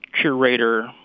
curator